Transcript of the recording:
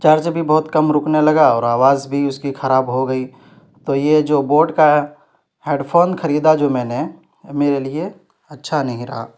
charge بھی بہت کم رکنے لگا اور آواز بھی اس کی خراب ہو گئی تو یہ جو بوٹ کا ہیڈ فون خریدا جو میں نے میرے لیے اچّھا نہیں رہا